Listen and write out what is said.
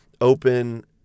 open